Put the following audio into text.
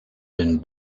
been